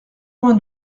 vingt